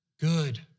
good